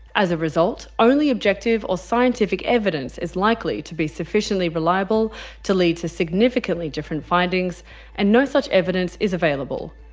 as a result, only objective or scientific evidence is likely to be sufficiently reliable to lead to significantly different findings and no such evidence is available.